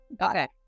Okay